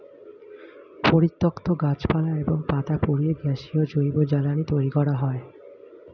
পরিত্যক্ত গাছপালা এবং পাতা পুড়িয়ে গ্যাসীয় জৈব জ্বালানি তৈরি করা হয়